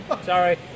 Sorry